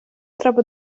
треба